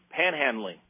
panhandling